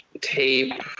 tape